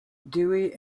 dewey